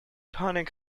tonic